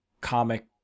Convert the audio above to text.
comic